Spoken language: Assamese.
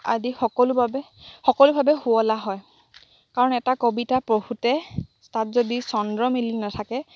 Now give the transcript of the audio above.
আদি সকলো বাবে সকলোভাৱে সুৱলা হয় কাৰণ এটা কবিতা পঢ়োঁতে তাত যদি চন্দ মিলি নাথাকে